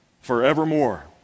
forevermore